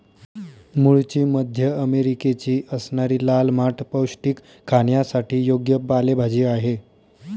मूळची मध्य अमेरिकेची असणारी लाल माठ पौष्टिक, खाण्यासाठी योग्य पालेभाजी आहे